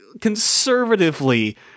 conservatively